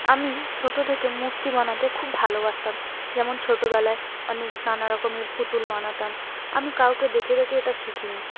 আমি ছোটো থেকে মূর্তি বানাতে খুব ভালোবাসতাম যেমন ছোটোবেলায় অনেক নানা রকমের পুতুল বানাতাম আমি কাউকে দেখে দেখে এটা শিখিনি